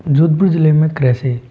जोधपुर जिले में कृषि